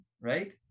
right